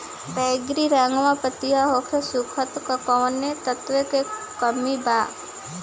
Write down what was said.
बैगरी रंगवा पतयी होके सुखता कौवने तत्व के कमी बा?